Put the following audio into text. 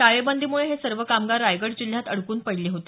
टाळेबंदीमुळे हे सर्व कामगार रायगड जिल्ह्यात अडकून पडले होते